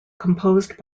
composed